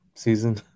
Season